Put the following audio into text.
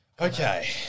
Okay